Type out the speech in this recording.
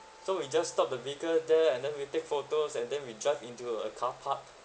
so we just stop the vehicle there and then we take photos and then we jump into a a car park